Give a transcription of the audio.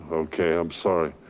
okay, i'm sorry,